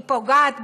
היא פוגעת בה,